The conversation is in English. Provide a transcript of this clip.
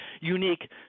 unique